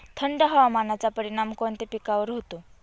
थंड हवामानाचा परिणाम कोणत्या पिकावर होतो?